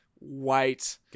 wait